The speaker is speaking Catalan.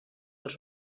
els